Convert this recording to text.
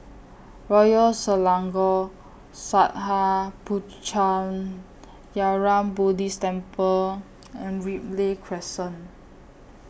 Royal Selangor Sattha Puchaniyaram Buddhist Temple and Ripley Crescent